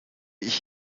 ich